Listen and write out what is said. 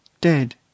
dead